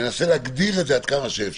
מנסה להגדיר את זה עד כמה שאפשר,